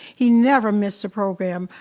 he never missed a program,